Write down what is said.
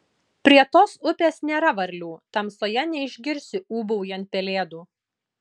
prie tos upės nėra varlių tamsoje neišgirsi ūbaujant pelėdų